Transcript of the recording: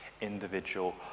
individual